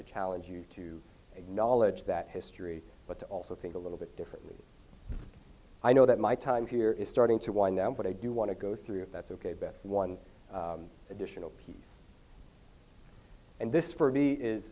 to challenge you to acknowledge that history but to also think a little bit differently i know that my time here is starting to wind down but i do want to go through it that's ok but one additional piece and this for me is